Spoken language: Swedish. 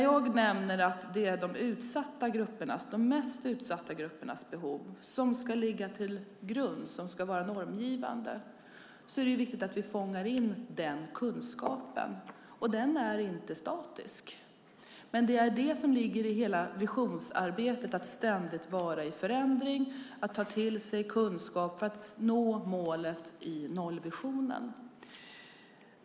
Jag nämner att det är de mest utsatta gruppernas behov som ska ligga till grund och vara normgivande. Det är viktigt att vi fångar in den kunskapen, och den är inte statisk. I hela visionsarbetet ligger att ständigt vara i förändring och ta till sig kunskap för att nå målet i nollvisionen.